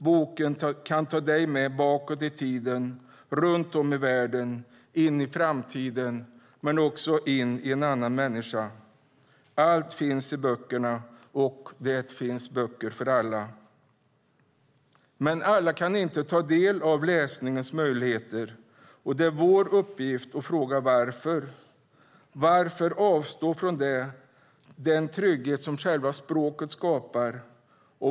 Boken kan ta dig med bakåt i tiden, runt om i världen, in i framtiden och in i en annan människa. Allt finns i böckerna, och det finns böcker för alla. Men alla kan inte ta del av läsningens möjligheter, och det är vår uppgift att fråga varför. Varför avstå från den trygghet som själva språket skapar?